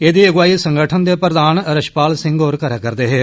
एहदी अगुवाई संगठन दे प्रधान रछपाल सिंह होर करै करदे हे